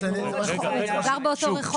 הוא גר באותו רחוב.